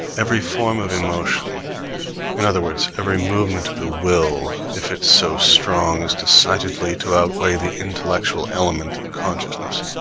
every form of emotion in other words, every movement of the will, if it's so strong as decidedly to outweigh the intellectual element in consciousness,